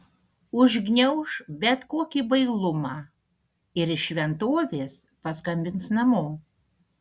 užgniauš bet kokį bailumą ir iš šventovės paskambins namo